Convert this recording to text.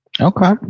okay